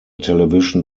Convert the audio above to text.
television